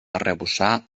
arrebossar